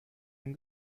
ihm